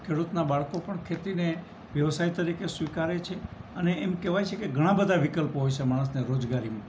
ખેડૂતનાં બાળકો પણ ખેતીને વ્યવસાય તરીકે સ્વીકારે છે અને એમ કહેવાય છે કે ઘણાં બધાં વિકલ્પો હોય છે માણસને રોજગારીમાં